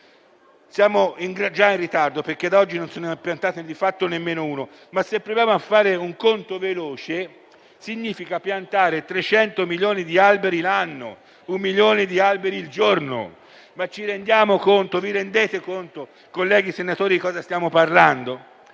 Siamo già in ritardo, perché ad oggi non se ne è piantato, di fatto, nemmeno uno. Ma, se proviamo a fare un conto veloce, significa piantare 300 milioni di alberi l'anno, un milione di alberi al giorno. Ma ci rendiamo conto? Vi rendete conto, colleghi senatori, di cosa stiamo parlando?